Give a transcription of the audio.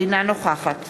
אינה נוכחת